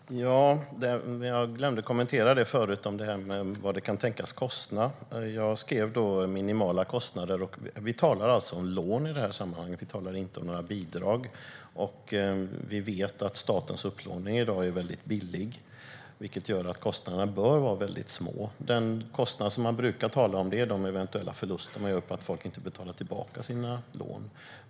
Herr talman! Jag glömde kommentera vad det här kan tänkas kosta. Jag skrev om minimala kostnader. Vi talar alltså om lån i sammanhanget; vi talar inte om några bidrag. Vi vet att statens upplåning i dag är billig, vilket gör att kostnaderna bör vara väldigt små. Den kostnad man brukar tala om är de eventuella förluster man gör när folk inte betalar tillbaka sina lån.